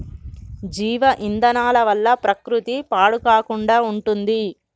జీవ ఇంధనాల వల్ల ప్రకృతి పాడు కాకుండా ఉంటుంది